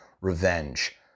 revenge